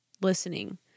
listening